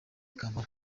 kampala